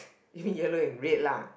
you mean yellow and red lah